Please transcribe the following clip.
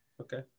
Okay